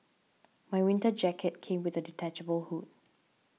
my winter jacket came with a detachable hood